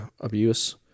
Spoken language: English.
abuse